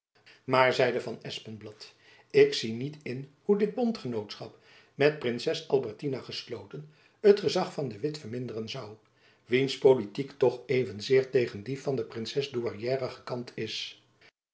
maar zeide van espenblad ik zie niet in hoe dit bondgenootschap met princes albertina gesloten het gezach van de witt verminderen zoû wiens politiek toch evenzeer tegen die van de princes douairière gekant is